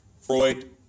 Freud